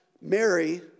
Mary